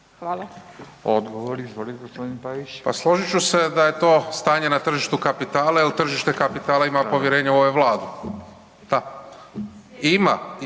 g. Pavić. **Pavić, Marko (HDZ)** Pa složit ću se da je to stanje na tržištu kapitala jer tržište kapitala ima povjerenja u ovu Vladu, …